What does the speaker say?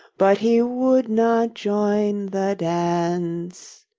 but he would not join the dance.